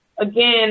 again